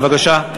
בבקשה.